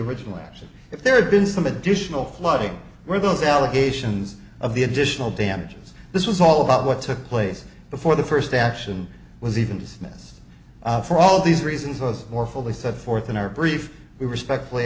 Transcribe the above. original action if there had been some additional flooding where those allegations of the additional damages this was all about what took place before the first action was even dismissed for all these reasons was more fully set forth in our brief we respectfully